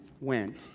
went